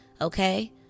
okay